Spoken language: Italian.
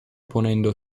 ponendo